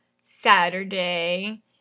Saturday